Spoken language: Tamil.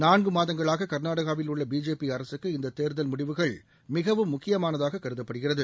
நான்கு மாதங்களாக கர்நாடகாவில் உள்ள பிஜேபி அரசுக்கு இந்த தேர்தல் முடிவுகள் மிகவும் முக்கியமானதாக கருதப்படுகிறது